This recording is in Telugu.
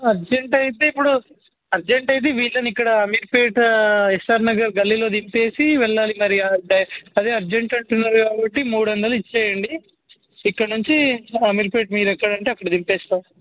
అర్జెంటు అయితే ఇప్పుడు అర్జెంట్ అయితే వీళ్ళని ఇక్కడ అమీర్ పేట్ ఎస్ఆర్ నగర్ గల్లీలో దింపి వెళ్ళాలి మరి డై అదే అర్జెంట్ అంటున్నారు కాబట్టి మూడు వందలు ఇవ్వండి ఇక్కడ నుంచి అమీర్ పేట్ మీరు ఎక్కడ అంటే అక్కడ దింపేస్తాను